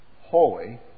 holy